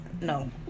No